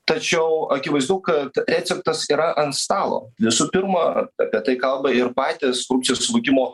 tačiau akivaizdu kad receptas yra ant stalo visų pirma apie tai kalba ir patys korupcijos suvokimo